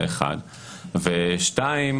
דבר שני,